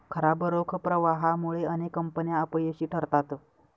खराब रोख प्रवाहामुळे अनेक कंपन्या अपयशी ठरतात